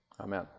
Amen